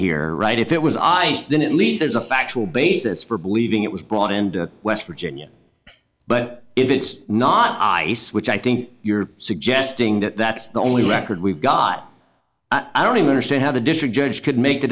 here right if it was ice then at least there's a factual basis for believing it was brought into west virginia but if it's not ice which i think you're suggesting that that's the only record we've got i don't even understand how the district judge could make